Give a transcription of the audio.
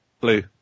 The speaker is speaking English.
Blue